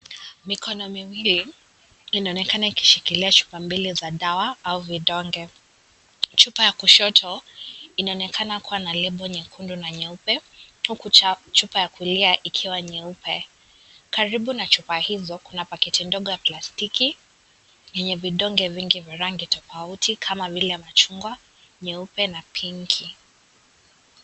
Mikono miwili inaonekana ikishikilia chupa mbili za dawa au vidonge. Chupa ya kushoto inaonekana kuwa na lebo nyekundu na nyeupe huku chupa ya kulia ikiwa nyeupe. Karibu na chupa hizo Kuna pakiti ndogo ya plastiki yenye vidonge vingi vya rangi tofauti kama vile machungwa, nyeupe na pinki.